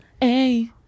hey